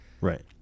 Right